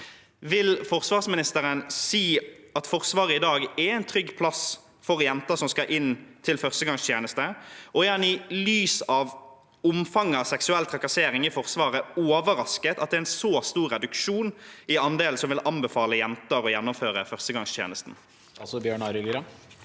Vil forsvarsministeren si at Forsvaret i dag er en trygg plass for jenter som skal inn til førstegangstjeneste, og er han i lys av omfanget av seksuell trakassering i Forsvaret overrasket over at det er en så stor reduksjon i andelen som vil anbefale jenter å gjennomføre førstegangstjenesten?